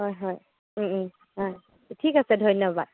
হয় হয় হয় ঠিক আছে ধন্যবাদ